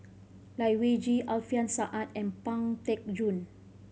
Lai Weijie Alfian Sa'at and Pang Teck Joon